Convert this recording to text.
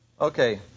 Okay